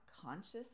conscious